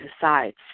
decides